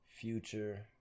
Future